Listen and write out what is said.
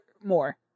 more